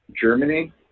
Germany